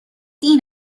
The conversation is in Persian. این